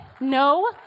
No